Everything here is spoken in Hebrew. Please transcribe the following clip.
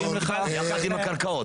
כמו בכף הקלע.